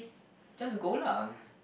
just go lah